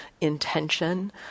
intention